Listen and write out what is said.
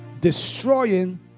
destroying